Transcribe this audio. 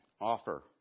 offer